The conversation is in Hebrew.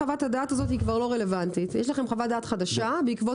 חוות הדעת הזאת כבר לא רלוונטית ויש לכם חוות דעת חדשה בעקבות